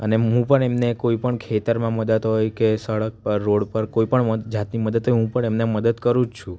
અને હું પણ એમને કોઈપણ ખેતરમાં મદદ હોય કે સડક પર રોડ પર કોઇપણ જાતની મદદ હોય હું પણ એમને મદદ કરું જ છું